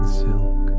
silk